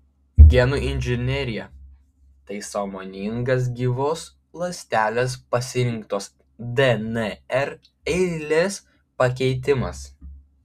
genų inžinerija tai sąmoningas gyvos ląstelės pasirinktos dnr eilės pakeitimas